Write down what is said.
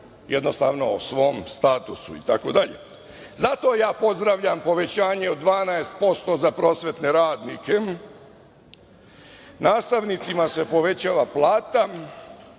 doživljaj o svom statusu itd. Zato ja pozdravljam povećanje od 12% za prosvetne radnike. Nastavnicima se povećava plata,